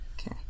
Okay